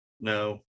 No